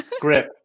grip